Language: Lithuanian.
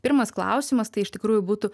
pirmas klausimas tai iš tikrųjų būtų